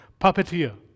puppeteer